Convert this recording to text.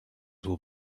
will